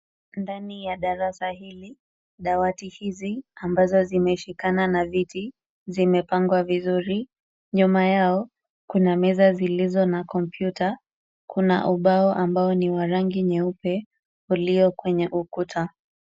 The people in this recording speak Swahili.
Ndani ya darasa hili dawati hizi ambazo zimeshikana na viti, zimepangwa vizuri. Nyuuma yao kuna meza zilizo na kompyuta, kuna ubao ambao ni wa rangi nyeupe ulio kwenye ukuta.